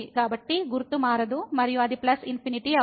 కాబట్టి గుర్తు మారదు మరియు అది ప్లస్ ఇన్ఫినిటీ అవుతుంది